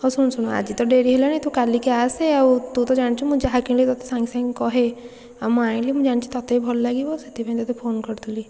ହେଉ ଶୁଣୁ ଶୁଣୁ ଆଜି ତ ଡେରି ହେଲାଣି ତୁ କାଲିକି ଆସେ ତୁ ତ ଜାଣିଛୁ ମୁଁ ଯାହା କିଣିଲେ ତୋତେ ସାଙ୍ଗେ ସାଙ୍ଗେ କୁହେ ଆଉ ମୁଁ ଆଣିଲି ମୁଁ ଜାଣିଛି ତୋତେ ବି ଭଲ ଲାଗିବ ସେଥିପାଇଁ ତୋତେ ଫୋନ୍ କରିଥିଲି